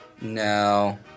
No